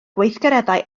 gweithgareddau